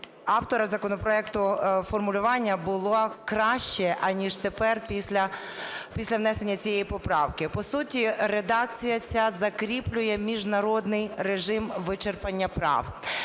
авторів законопроекту формулювання було краще, аніж тепер, після внесення цієї поправки. По суті, редакція ця закріплює міжнародний режим вичерпання прав.